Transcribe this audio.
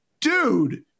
dude